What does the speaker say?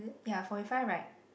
ya forty five [right]